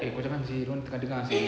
eh kau jangan seh dorang tengah dengar seh